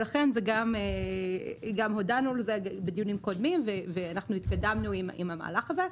לכן גם הודענו על זה בדיונים קודמים ואנחנו התקדמנו עם המהלך הזה.